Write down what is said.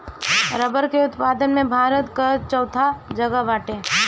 रबड़ के उत्पादन में भारत कअ चउथा जगह बाटे